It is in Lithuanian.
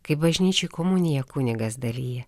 kaip bažnyčioj komuniją kunigas dalija